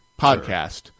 podcast